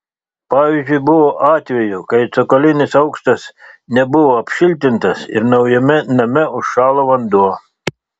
pavyzdžiui buvo atvejų kai cokolinis aukštas nebuvo apšiltintas ir naujame name užšalo vanduo